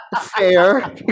Fair